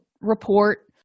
report